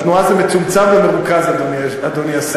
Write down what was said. בתנועה זה מצומצם ומרוכז, אדוני השר.